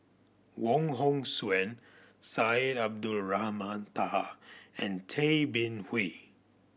Wong Hong Suen Syed Abdulrahman Taha and Tay Bin Wee